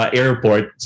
airport